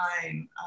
time